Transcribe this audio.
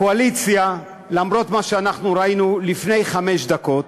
הקואליציה, למרות מה שראינו לפני חמש דקות,